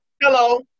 Hello